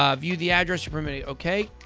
ah view the address are permitted. okay.